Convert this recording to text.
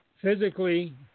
physically